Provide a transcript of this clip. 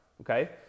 okay